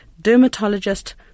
dermatologist